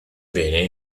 bene